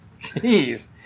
Jeez